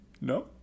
No